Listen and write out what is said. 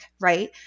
right